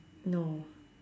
no